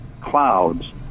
clouds